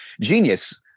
genius